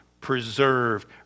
preserved